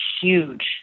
huge